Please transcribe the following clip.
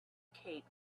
cape